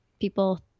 people